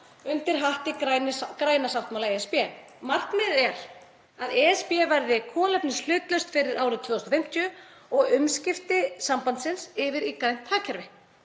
undir hatti Græna sáttmála ESB. Markmiðið er að ESB verði kolefnishlutlaust fyrir árið 2050 og umskipti sambandsins yfir í grænt hagkerfi.